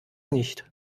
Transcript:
nicht